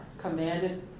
commanded